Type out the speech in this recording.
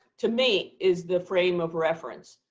to me, is the frame of reference.